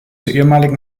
ehemaligen